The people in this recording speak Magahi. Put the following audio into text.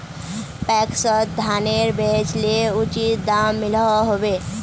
पैक्सोत धानेर बेचले उचित दाम मिलोहो होबे?